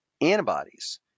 antibodies